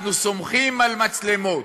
אנחנו סומכים על מצלמות.